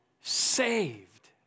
saved